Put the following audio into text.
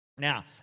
Now